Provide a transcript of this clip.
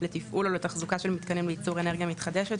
לתפעול או לתחזוקה של מתקנים לייצור אנרגיה מתחדשת,